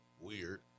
weird